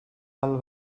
del